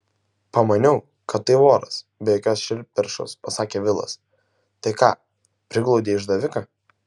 pamaniau kad tai voras be jokios širdperšos pasakė vilas tai ką priglaudei išdaviką